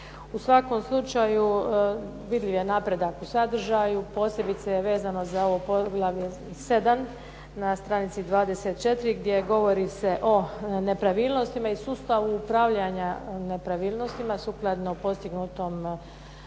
U svakom slučaju vidljiv je napredak u sadržaju. Posebice vezano za ovo poglavlje 7 na stranici 24, gdje se govori o nepravilnostima i sustavu upravljanja nepravilnostima, sukladno postignutom sporazumu